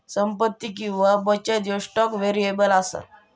संपत्ती किंवा बचत ह्यो स्टॉक व्हेरिएबल असा